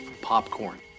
popcorn